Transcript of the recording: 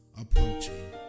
approaching